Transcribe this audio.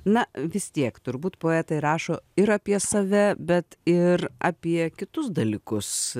na vis tiek turbūt poetai rašo ir apie save bet ir apie kitus dalykus